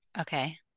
okay